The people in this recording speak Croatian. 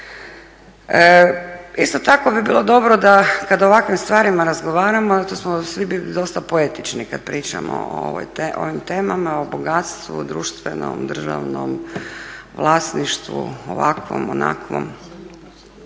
Isto tako bi bilo dobro da kad o ovakvim stvarima razgovaramo zato smo svi bili dosta poetični kad pričamo o ovim temama, o bogatstvu, društvenom, državnom vlasništvu, ovakvom, onakvom.